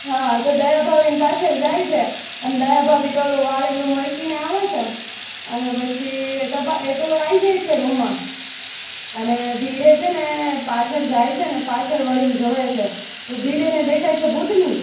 હા તો દયાભાભીની પાછળ જાય છે અને દયાભાભી તો ઓલું વાળેલું મૂકીને આવે છે અને પછી એ તો એ તો આવી જાય છે રૂમમાં અને ભીડે છે ને પાછળ જાય છે ને પાછળ વળીને જુએ છે તો ભીડે ને દેખાય છે ભૂતની